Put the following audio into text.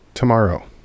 tomorrow